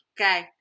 Okay